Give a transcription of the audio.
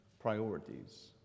Priorities